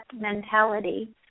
mentality